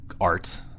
art